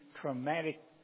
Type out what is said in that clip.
traumatic